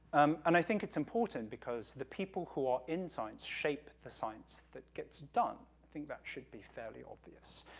um, and i think it's important, because the people who are in science shape the science that gets done. i think that should be fairly obvious.